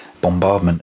bombardment